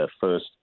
first